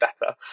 better